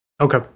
Okay